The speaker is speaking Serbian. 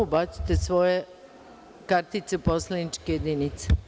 Ubacite svoje kartice u poslaničke jedinice.